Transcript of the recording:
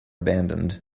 abandoned